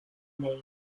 name